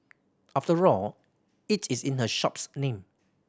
after all it is in her shop's name